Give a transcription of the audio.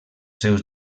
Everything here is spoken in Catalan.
seus